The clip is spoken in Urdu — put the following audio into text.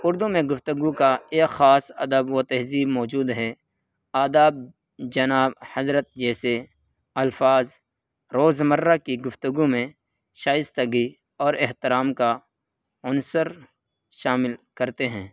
اردو میں گفتگو کا ایک خاص ادب و تہذیب موجود ہے آداب جناب حضرت جیسے الفاظ روزمرہ کی گفتگو میں شائستگی اور احترام کا عنصر شامل کرتے ہیں